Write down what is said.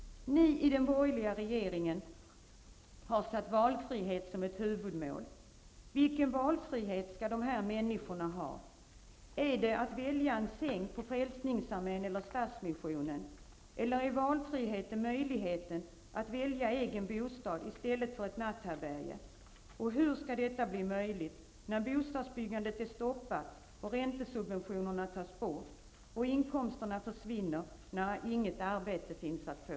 Ni i den borgerliga regeringen har satt valfrihet som ett huvudmål. Vilken valfrihet skall de här människorna ha? Ligger valfriheten i att välja mellan en säng hos Frälsningsarmén eller en hos Stadsmissionen? Eller är valfriheten möjligheten att välja en egen bostad i stället för ett natthärbärge, och hur skall det i så fall bli möjligt när bostadsbyggandet är stoppat, räntesubventionerna tas bort och inkomsterna försvinner på grund av att inget arbete finns att få?